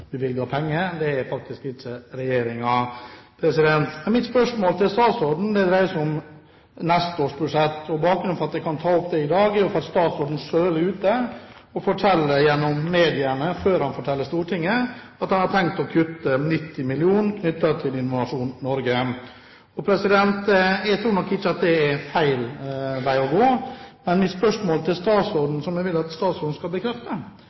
penger; det er faktisk ikke regjeringen. Mitt spørsmål til statsråden dreier seg om neste års budsjett. Bakgrunnen for at jeg kan ta opp det i dag, er jo at statsråden selv er ute og forteller gjennom mediene, før han forteller Stortinget, at han har tenkt å kutte 90 mill. kr knyttet til Innovasjon Norge. Jeg tror nok ikke det er feil vei å gå, men mitt spørsmål til statsråden som jeg vil at statsråden skal bekrefte,